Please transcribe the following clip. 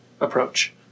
approach